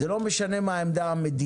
זה לא משנה מה היא העמדה המדינית,